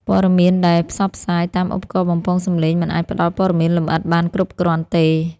ព័ត៌មានដែលផ្សព្វផ្សាយតាមឧបករណ៍បំពងសំឡេងមិនអាចផ្ដល់ព័ត៌មានលម្អិតបានគ្រប់គ្រាន់ទេ។